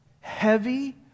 heavy